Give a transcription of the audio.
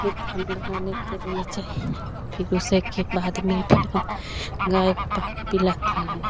फिर बनाने के लिए चाहिए फिर उसी के बाद में फिर हम गाय को पानी पिलाते हैं